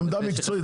עמדה מקצועית,